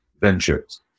ventures